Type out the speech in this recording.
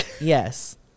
Yes